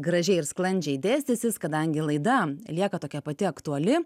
gražiai ir sklandžiai dėstysis kadangi laida lieka tokia pati aktuali